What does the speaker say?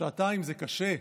שעתיים זה קשה,